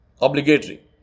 obligatory